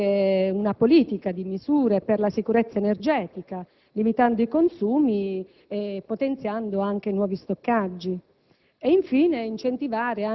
A ciò si aggiunge anche una politica di misure per la sicurezza energetica, limitando i consumi e potenziando anche nuovi stoccaggi.